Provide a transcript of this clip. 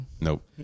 Nope